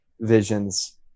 Visions